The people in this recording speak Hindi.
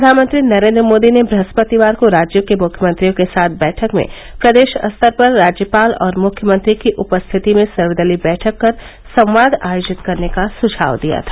प्रधानमंत्री नरेंद्र मोदी ने बृहस्पतिवार को राज्यों के मुख्यमंत्रियों के साथ बैठक में प्रदेश स्तर पर राज्यपाल और मुख्यमंत्री की उपस्थिति में सर्वदलीय बैठक कर संवाद आयोजित करने का सुझाव दिया था